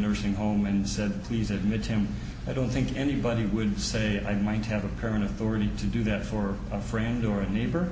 nursing home and said please admit him i don't think anybody would say i might have a permanent authority to do that for a friend or a neighbor